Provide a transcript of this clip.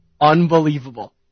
Unbelievable